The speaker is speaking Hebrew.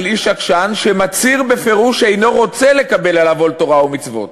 של איש עקשן שמצהיר בפירוש שאינו רוצה לקבל עליו עול תורה ומצוות.